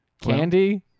candy